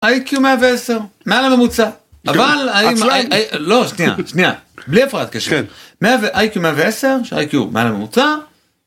איי-קיו 110, מעל הממוצע, אבל, לא, שנייה, שנייה, בלי הפרעת תקשיב, איי-קיו 110, שאיי-קיו מעל הממוצע.